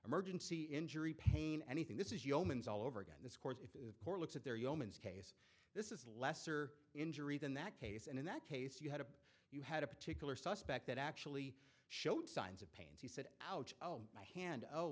emergency injury pain anything this is yeoman's all over again this course if the court looks at their yeomans case this is lesser injury than that case and in that case you had a you had a particular suspect that actually showed signs of pain he said ouch oh my hand oh